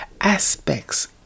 aspects